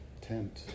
tent